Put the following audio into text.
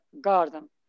garden